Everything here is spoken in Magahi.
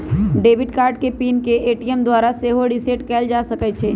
डेबिट कार्ड के पिन के ए.टी.एम द्वारा सेहो रीसेट कएल जा सकै छइ